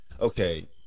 Okay